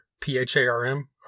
P-H-A-R-M